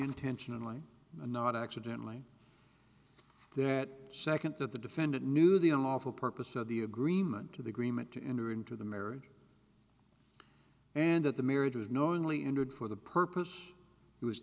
intentionally or not accidently that nd that the defendant knew the unlawful purpose of the agreement to the agreement to enter into the marriage and that the marriage was knowingly entered for the purpose it was